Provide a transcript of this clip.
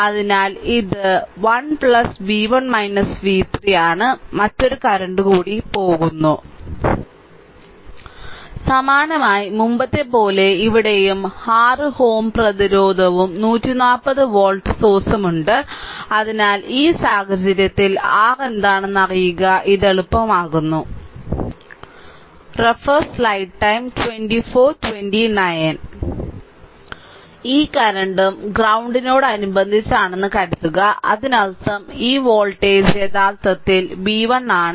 അതിനാൽ ഇത് 1 ന് v1 v3 ആണ് മറ്റൊരു കറന്റ് കൂടി പോകുന്നു സമാനമായി മുമ്പത്തെപ്പോലെ ഇവിടെയും 6 Ω പ്രതിരോധവും 140 വോൾട്ട് സോഴ്സും ഉണ്ട് അതിനാൽ ഈ സാഹചര്യത്തിൽ r എന്താണെന്നറിയുക ഇത് എളുപ്പമാക്കുന്നു ഈ കറന്റ് ഈ കറന്റ് ഈ കറന്റും ഗ്രൌണ്ടിനോട് അനുബന്ധിച്ചാണെന്ന് കരുതുക അതിനർത്ഥം ഈ വോൾട്ടേജ് യഥാർത്ഥത്തിൽ v1 ആണ്